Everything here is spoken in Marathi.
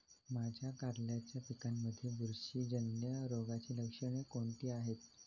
माझ्या कारल्याच्या पिकामध्ये बुरशीजन्य रोगाची लक्षणे कोणती आहेत?